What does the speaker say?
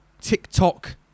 TikTok